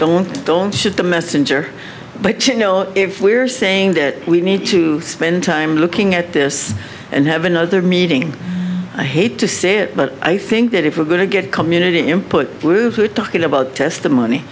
don't don't shoot the messenger but you know if we're saying that we need to spend time looking at this and have another meeting i hate to say it but i think that if we're going to get community input bluford talking about testimony